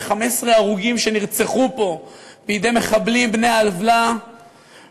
אלה 15 הרוגים שנרצחו פה בידי מחבלים בני עוולה,